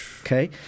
okay